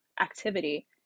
activity